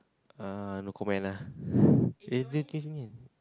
uh no comment lah eh don't give me